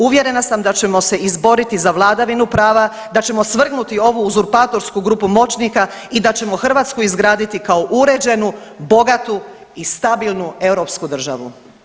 Uvjerena sam da ćemo se izboriti za vladavinu prava, da ćemo svrgnuti ovu uzurpatorsku grupu moćnika da ćemo Hrvatsku izgraditi kao uređenu, bogatu i stabilnu europsku državu.